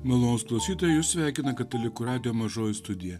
malonūs klausytojai jūs sveikina katalikų radijo mažoji studija